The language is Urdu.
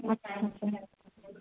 ہاں